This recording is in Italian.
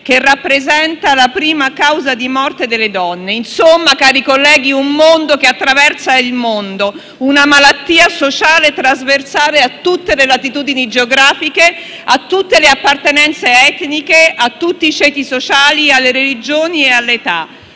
che rappresenta la prima causa di morte delle donne. Insomma, cari colleghi, è un mondo che attraversa il mondo, una malattia sociale trasversale a tutte le latitudini geografiche, a tutte le appartenenze etniche, a tutti i ceti sociali, alle religioni e all'età.